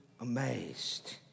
amazed